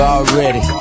already